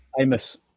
Amos